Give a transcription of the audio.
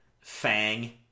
Fang